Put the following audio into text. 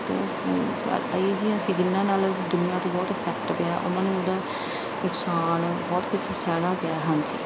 ਅਜਿਹੀਆਂ ਸੀ ਜਿੰਨ੍ਹਾਂ ਨਾਲ ਦੁਨੀਆਂ ਤੋਂ ਬਹੁਤ ਇਫੈਕਟ ਪਿਆ ਉਹਨਾਂ ਨੂੰ ਉਹਦਾ ਨੁਕਸਾਨ ਬਹੁਤ ਕੁਛ ਸਹਿਣਾ ਪਿਆ ਹਾਂਜੀ